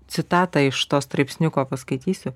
citatą iš to straipsniuko paskaitysiu